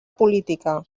política